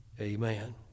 Amen